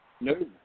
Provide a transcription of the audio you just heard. No